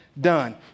done